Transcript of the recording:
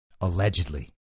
allegedly